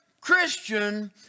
Christian